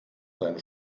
seine